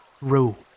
rule